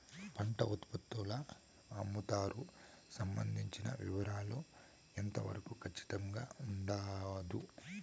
పంట ఉత్పత్తుల అమ్ముతారు సంబంధించిన వివరాలు ఎంత వరకు ఖచ్చితంగా ఉండదు?